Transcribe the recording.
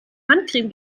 handcreme